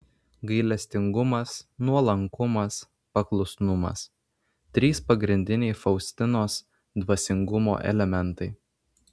gailestingumas nuolankumas paklusnumas trys pagrindiniai faustinos dvasingumo elementai